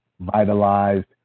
vitalized